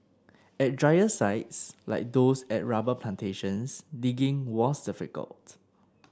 at drier sites like those at rubber plantations digging was difficult